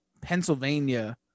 pennsylvania